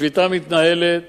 השביתה מתנהלת